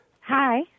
Hi